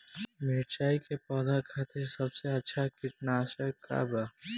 मिरचाई के पौधा खातिर सबसे अच्छा कीटनाशक का बा?